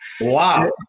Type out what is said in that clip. Wow